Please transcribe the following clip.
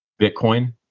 Bitcoin